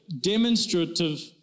demonstrative